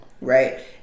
right